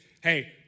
hey